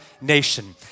nation